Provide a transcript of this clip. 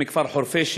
מכפר חורפיש,